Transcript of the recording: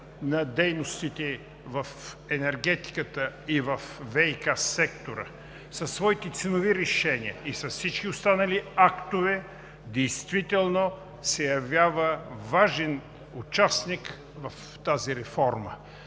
на дейностите в енергетиката и във ВиК сектора, със своите ценови решения и с всички останали актове, действително се явява важен участник в тази реформа.